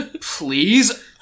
Please